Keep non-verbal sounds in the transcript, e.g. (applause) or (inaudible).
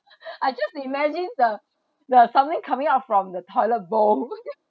(laughs) I just imagine the the something coming out from the toilet bowl (laughs)